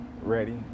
ready